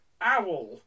Owl